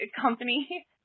company